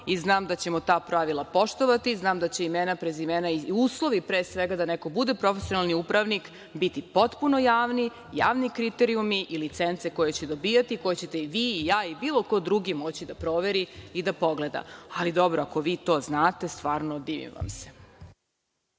i znam da ćemo ta pravila poštovati. Znam da će imena, prezimena i uslovi, pre svega, da neko bude profesionalni upravnik biti potpuno javni, javni kriterijumi i licence koje će dobijati, koje ćete i vi i ja, i bilo ko drugi moći da proveri i da pogleda. Ali, dobro, ako vi to znate, stvarno divim vam se.